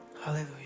hallelujah